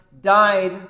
died